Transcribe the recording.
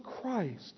Christ